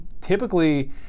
typically